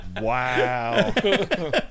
wow